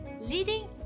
leading